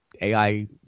AI